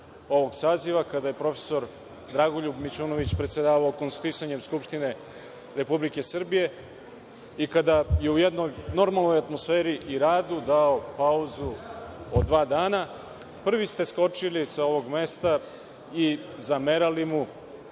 kada je profesor Dragoljub Mićunović predsedavao konstituisanjem Skupštine Republike Srbije i kada je u jednoj normalnoj atmosferi i radu dao pauzu od dva dana, prvi ste skočili sa ovog mesta i zamerali mu,